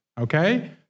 Okay